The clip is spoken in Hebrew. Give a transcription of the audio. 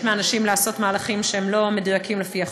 מאנשים לעשות מהלכים שהם לא מדויקים לפי החוק.